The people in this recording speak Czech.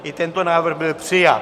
I tento návrh byl přijat.